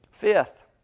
Fifth